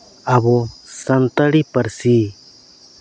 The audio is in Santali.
ᱟᱵᱚ ᱥᱟᱱᱛᱟᱲᱤ ᱯᱟᱹᱨᱥᱤ